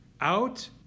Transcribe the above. out